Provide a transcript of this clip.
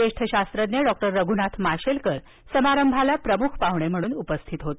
ज्येष्ठ शास्त्रज्ञ डॉक्टर रघुनाथ माशेलकर समारंभाला प्रमुख पाहणे म्हणून उपस्थित होते